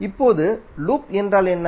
இப்போது லூப் என்றால் என்ன